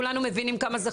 כולנו מבינים כמה זה חמור.